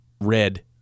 red